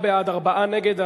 תשעה בעד, ארבעה נגד.